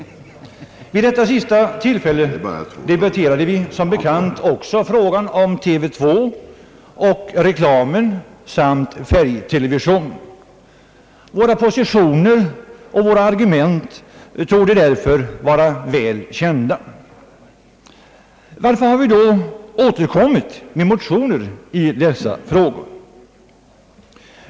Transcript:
Vid det sistnämnda tillfället debatterade vi som bekant också frågan om TV 2, reklamen och färgtelevisionen. Våra positioner och våra argument torde därför vara väl kända. Varför har vi då återkommit med motioner i dessa frågor?